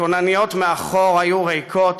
הכונניות מאחור היו ריקות.